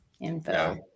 info